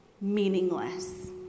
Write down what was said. meaningless